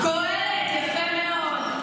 קהלת, יפה מאוד.